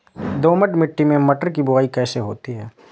दोमट मिट्टी में मटर की बुवाई कैसे होती है?